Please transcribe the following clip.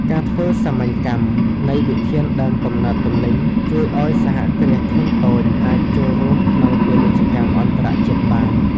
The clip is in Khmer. ការធ្វើសាមញ្ញកម្មនៃវិធានដើមកំណើតទំនិញ ជួយឱ្យសហគ្រាសធុនតូចអាចចូលរួមក្នុងពាណិជ្ជកម្មអន្តរជាតិបាន។